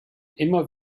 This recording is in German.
immer